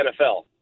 NFL